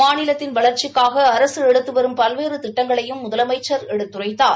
மாநிலத்தின் வளா்ச்சிக்காக அரசு எடுத்து வரும் பல்வேறு திட்டங்களையும் முதலமைச்ச் எடுத்துரைத்தார்